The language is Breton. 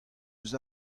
eus